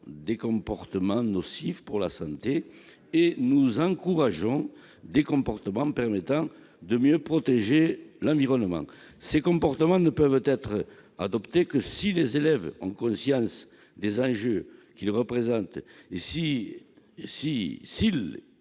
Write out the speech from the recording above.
des comportements nocifs pour la santé et nous encourageons des comportements permettant de mieux protéger l'environnement Ces comportements ne peuvent être adoptés que si les élèves ont conscience des enjeux qu'ils représentent et que s'ils